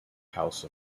house